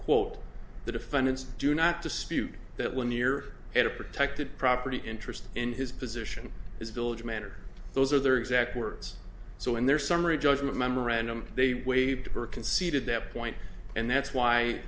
quote the defendants do not dispute that when you're in a protected property interest in his position as village manager those are their exact words so in their summary judgment memorandum they waived or conceded that point and that's why